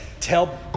Tell